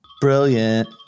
Brilliant